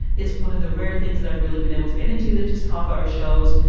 it's one of the rare things that i've really been able to get into there just half hour shows.